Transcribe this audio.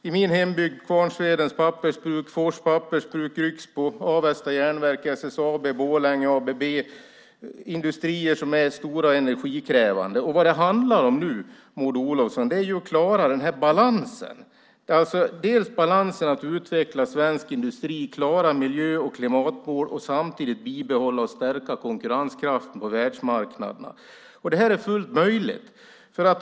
I min hembygd finns Kvarnsvedens pappersbruk, Fors pappersbruk, Grycksbo, Avesta järnverk, SSAB i Borlänge och ABB. Det är industrier som är stora och energikrävande. Vad det nu handlar om, Maud Olofsson, är att klara balansen att utveckla svensk industri och klara miljö och klimatmål och samtidigt bibehålla konkurrenskraften på världsmarknaderna. Det är fullt möjligt.